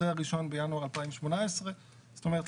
אחרי 1.1.2018. זאת אומרת,